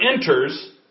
enters